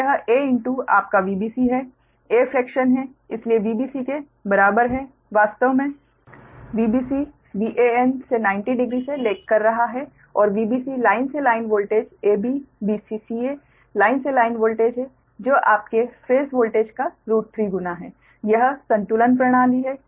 तो यह a आपका Vbc है a फ्रैक्शन है इसलिए Vbc के बराबर है वास्तव में Vbc Van से 900 से लेग कर रहा है और Vbc लाइन से line voltage AB BC CA line से लाइन वोल्टेज है जो आपके फेस वोल्टेज का 3 गुना है यह संतुलन प्रणाली है